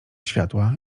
światła